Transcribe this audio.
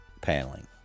paneling